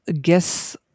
guess